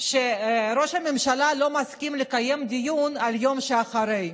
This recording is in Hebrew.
שראש הממשלה לא מסכים לקיים דיון על היום שאחרי.